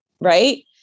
right